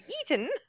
eaten